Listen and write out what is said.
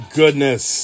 goodness